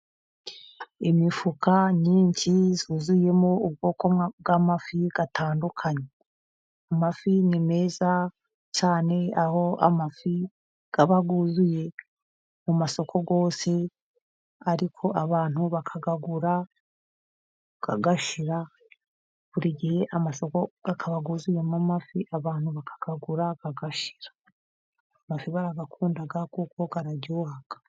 Imifuka nyinshi yuzuyemo ubwoko bw'amafi atandukanye. Amafi ni meza cyane aho aba yuzuye mu masoko yose, ariko abantu bakayagura agashira. Buri gihe amasoko akaba yuzuyemo amafi, abantu bakayagura agashira. Amafi barayakunda kuko araryoha.